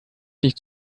nicht